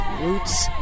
Roots